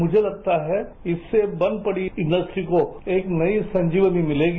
मुझे लगता है इससे बंद पड़ी इंडस्ट्री को एक नई संजीवनी मिलेगी